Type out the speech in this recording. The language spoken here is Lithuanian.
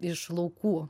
iš laukų